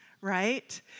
right